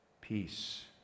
Peace